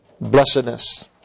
blessedness